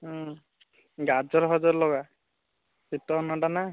ହୁଁ ଗାଜର ଫାଜର ଲଗା ଶୀତ ଦିନଟା ନା